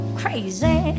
crazy